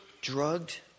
Drugged